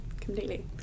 completely